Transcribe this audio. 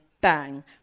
bang